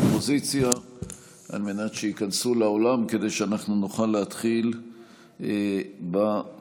האופוזיציה שייכנסו לאולם כדי שנוכל להתחיל בדיון